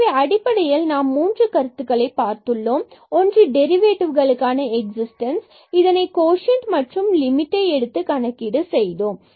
எனவே அடிப்படையில் நாம் மூன்று கருத்துக்களை பார்த்துள்ளோம் ஒன்று டெரிவேடிவ்களுக்கான எக்ஸிஸ்டன்ஸ் இதனை கோஷன்ட் மற்றும் லிமிட்டை எடுத்து கணக்கீடு செய்தோம்